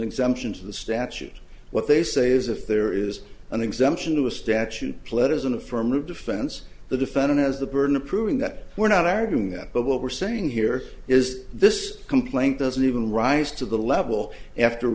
exemption to the statute what they say is if there is an exemption to a statute pled as an affirmative defense the defendant has the burden of proving that we're not arguing that but what we're saying here is this complaint doesn't even rise to the level after